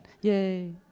Yay